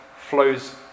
flows